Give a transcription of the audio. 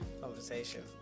conversation